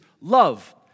love